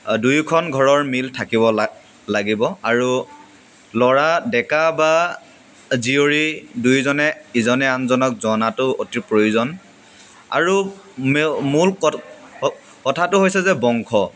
দুইখন ঘৰৰ মিল থাকিব লা লাগিব আৰু ল'ৰা ডেকা বা জীয়ৰী দুইজনে ইজনে আনজনক জনাটো অতি প্ৰয়োজন আৰু মে মূল কথাটো হৈছে যে বংশ